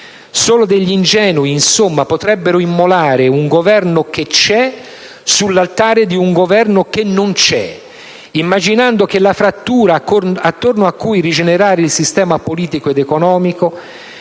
Solo degli ingenui, insomma, potrebbero immolare un Governo che c'è sull'altare di un Governo che non c'è, immaginando che la frattura attorno a cui rigenerare il sistema politico ed economico